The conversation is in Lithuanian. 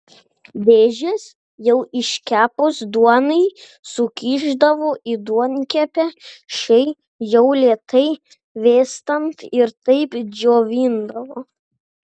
dėžes jau iškepus duonai sukišdavo į duonkepę šiai jau lėtai vėstant ir taip džiovindavo